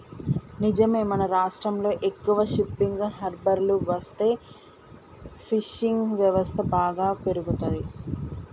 నిజమే మన రాష్ట్రంలో ఎక్కువ షిప్పింగ్ హార్బర్లు వస్తే ఫిషింగ్ వ్యవస్థ బాగా పెరుగుతంది